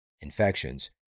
infections